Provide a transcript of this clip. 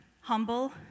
humble